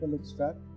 extract